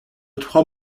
trois